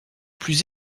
plus